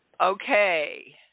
Okay